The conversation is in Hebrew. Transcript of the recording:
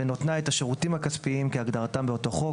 בנותנה את השירותים הכספיים כהגדרתם באותו חוק,